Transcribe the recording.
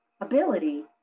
ability